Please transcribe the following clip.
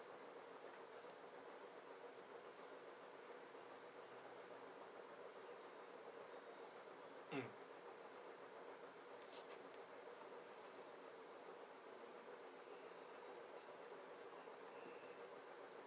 mm